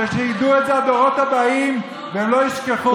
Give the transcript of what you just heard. ושידעו את זה הדורות הבאים, והם לא ישכחו.